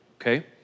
okay